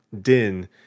Din